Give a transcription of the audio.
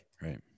Right